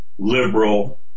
liberal